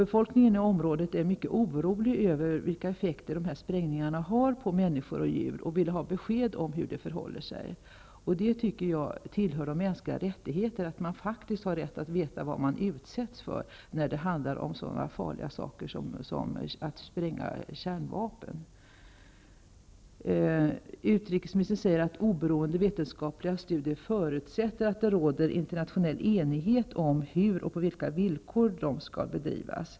Befolkningen i området är mycket orolig över vilka effekter de här sprängningarna har på människor och djur. Man vill ha besked om hur det förhåller sig. Det tycker jag tillhör de mänskliga rättigheterna. Man har faktiskt rätt att veta vad man utsätts för, när det handlar om sådana farliga saker som att spränga kärnvapen. Utrikesministern säger att oberoende vetenskapliga studier förutsätter att det råder internationell enighet om hur och på vilka villkor de skall bedrivas.